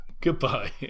Goodbye